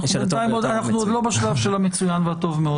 אנחנו עוד לא בשלב של המצוין והטוב מאוד.